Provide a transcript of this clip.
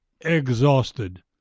exhausted